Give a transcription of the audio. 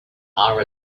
are